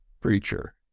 preacher